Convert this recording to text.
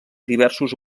diversos